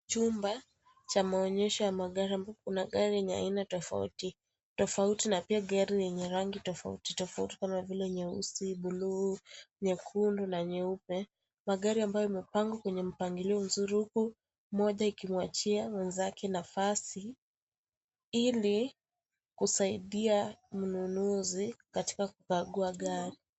Chumba cha maonyesho ya magari ambapo kuna magari ya aina tofauti tofauti na pia gari yenye rangi tofauti tofauti kama vile nyeusi, bluu, nyekundu na nyeupe. Magari ambayo yamepangwa kwenye mpangilio mzuri huku moja ikimwachia mwenzake nafasi ili kusaindia mnunuzi katika kubagua gari.